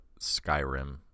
Skyrim